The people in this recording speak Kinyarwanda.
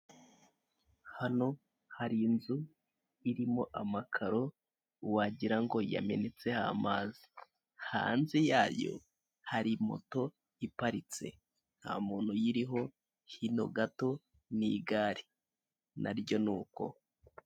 Hano hari inzu irimo amakaro wagira ngo yamenetseho amazi. Hanze yayo, hari moto iparitse. Nta muntu uyiriho, hino gato n'igare naryo ni uko.